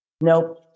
Nope